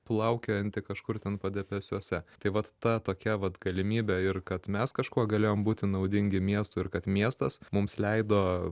plaukiojanti kažkur ten padebesiuose tai vat ta tokia vat galimybė ir kad mes kažkuo galėjom būti naudingi miestui ir kad miestas mums leido